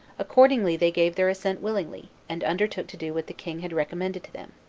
accordingly, they gave their assent willingly, and undertook to do what the king had recommended to them.